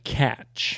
catch